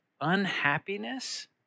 unhappiness